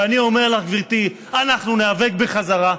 ואני אומר לך, גברתי, אנחנו ניאבק בחזרה.